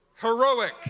Heroic